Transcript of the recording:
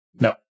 No